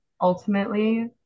Ultimately